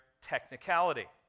technicality